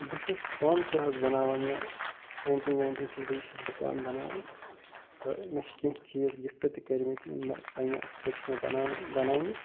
بہٕ چھُس پانہٕ تہِ حظ بناوان یہِ پیٚنٹِنٛگ ویٚنٹِنٛگ چھُس بہٕ یہِ چھُس بہٕ پانہٕ بناوان تہٕ مےٚ چھِ کیٚنٛہہ چیٖز گِفٹہٕ تہِ کٔرۍمٕتۍ یم بہٕ پنٕنہِ اَتھ سۭتۍ چھِ مےٚ بنانان بنٲیمٕتۍ